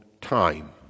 time